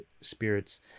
spirit's